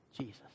Jesus